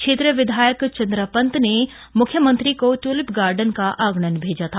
क्षेत्रीय विधायक चंद्रा पंत ने मुख्यमंत्री को ट्यूलिप गार्डन का आगणन भेजा था